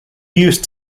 use